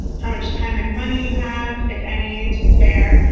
how much time and money you have, if any, to spare,